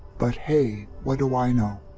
but hey. what do i know?